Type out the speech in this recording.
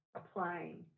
applying